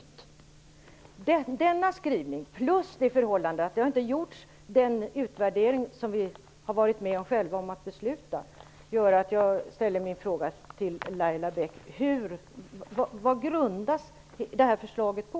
Denna skrivning som utskottets majoritet står bakom plus det förhållandet att den utvärdering som vi har varit med om att besluta inte har gjorts gör att jag ställer frågan till Laila Bäck: Vad grundas det här förslaget på?